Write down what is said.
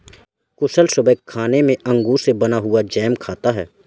कुशल सुबह खाने में अंगूर से बना हुआ जैम खाता है